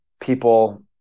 people